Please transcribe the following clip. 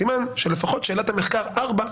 סימן שלפחות שאלת המחקר 4,